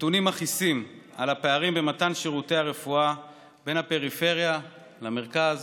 נתונים מכעיסים על הפערים במתן שירותי הרפואה בין הפריפריה למרכז.